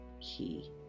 key